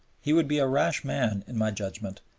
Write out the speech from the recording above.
he would be a rash man, in my judgment,